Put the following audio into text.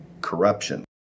corruption